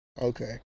okay